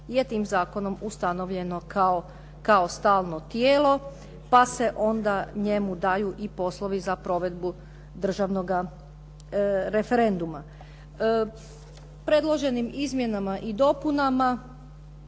je tim zakonom ustanovljeno kao stalno tijelo pa se onda njemu daju i poslovi za provedbu državnoga referenduma. Predloženim izmjenama i dopunama